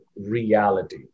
reality